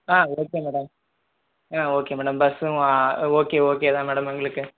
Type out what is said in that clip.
ஆ okay madam ஆ okay madam பஸ்ஸும் okay okay தான் மேடம் எங்களுக்கு